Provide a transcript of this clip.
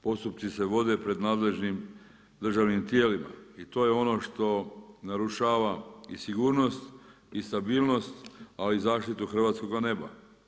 Postupci se vode pred nadležnim državnim tijelima i to je ono što narušava i sigurnost i stabilnost, ali i zaštitu hrvatskoga neba.